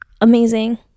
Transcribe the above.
amazing